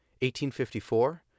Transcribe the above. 1854